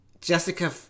Jessica